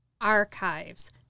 archives